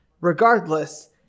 Regardless